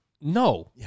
No